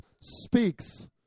speaks